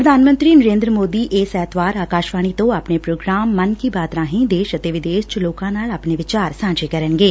ਪ੍ਧਾਨ ਮੰਤਰੀ ਨਰੇਂਦਰ ਮੋਦੀ ਇਸ ਐਤਵਾਰ ਆਕਾਸ਼ਵਾਣੀ ਤੋਂ ਆਪਣੇ ਪ੍ਰੋਗਰਾਮ ਮਨ ਕੀ ਬਾਤ ਰਾਹੀਂ ਦੇਸ਼ ਅਤੇ ਵਿਦੇਸ਼ ਚ ਲੋਕਾਂ ਨਾਲ ਆਪਣੇ ਵਿਚਾਰ ਸਾਂਝੇ ਕਰਨਗੇ